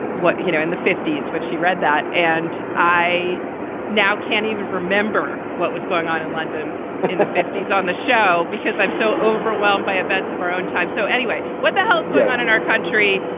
what you know, in the fifty s when she read that and i now can't even remember what was going on in london in the fifty s on the show because i'm so overwhelmed by events of our own time. so anyway, what the hell's going on in our country?